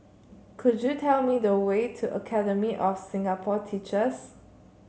could you tell me the way to Academy of Singapore Teachers